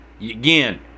Again